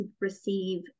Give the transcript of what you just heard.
receive